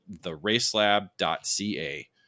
theracelab.ca